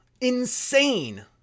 Insane